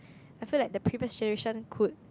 I feel like the previous generation could